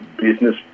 business